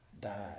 died